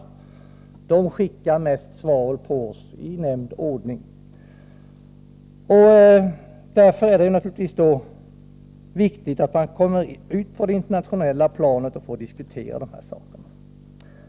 Dessa länder skickar som sagt i nämnd ordning mest svavel på oss. Därför är det naturligtvis viktigt att få diskutera dessa frågor på det internationella planet.